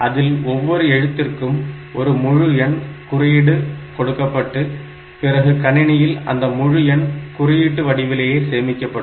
அதில் ஒவ்வொரு எழுத்திற்கும் ஒரு முழு எண் குறியீடு கொடுக்கப்பட்டு பிறகு கணினியில் அந்த முழு எண் குறியீட்டு வடிவிலேயே சேமிக்கப்படும்